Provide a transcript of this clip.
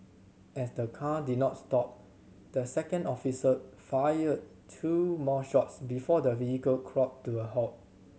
as the car did not stop the second officer fired two more shots before the vehicle crawled to a halt